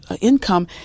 income